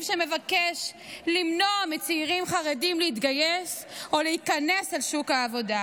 שמבקש למנוע מצעירים חרדים להתגייס או להיכנס אל שוק העבודה,